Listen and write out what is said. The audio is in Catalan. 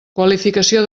qualificació